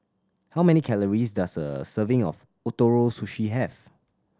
how many calories does a serving of Ootoro Sushi have